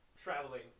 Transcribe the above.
Traveling